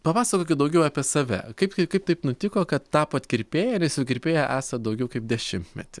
papasakokit daugiau apie save kaip kaip taip nutiko kad tapot kirpėja ir jūs jau kirpėja esat daugiau kaip dešimtmetį